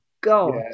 God